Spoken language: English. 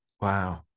Wow